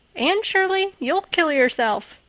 anne shirley, you'll kill yourself.